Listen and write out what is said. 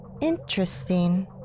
Interesting